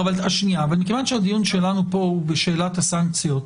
אבל מכיוון שהדיון שלנו פה הוא בשאלת הסנקציות,